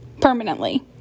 permanently